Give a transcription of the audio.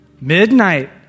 midnight